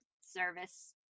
service